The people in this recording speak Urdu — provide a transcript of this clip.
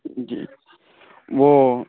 جی وہ